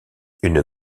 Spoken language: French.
une